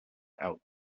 out